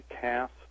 cast